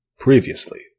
Previously